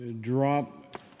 drop